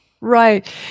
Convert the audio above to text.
Right